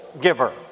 giver